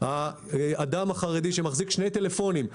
אדם חרדי שמחזיק 2 טלפונים,